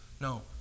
No